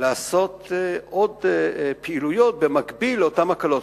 לעשות עוד פעילויות במקביל לאותן הקלות.